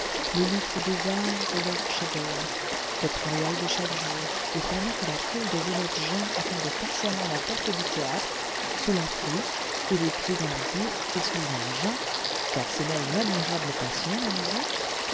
le luxe des arts et leurs chefs-d'oeuvre fêtes royales de chaque jour et pendant que la foule des honnêtes gens attendait patiemment à la porte du théâtre sous la pluie et les pieds dans la boue et souvent à jeun